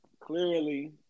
Clearly